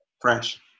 fresh